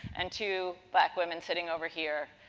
and two black women sitting over here.